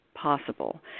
Possible